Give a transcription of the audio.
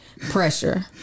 Pressure